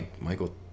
Michael